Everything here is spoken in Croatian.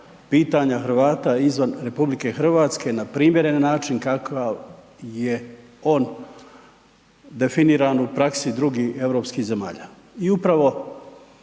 pitanja Hrvata izvan RH na primjeren način kakav je on definiran u praksi drugih europskih zemalja. I upravo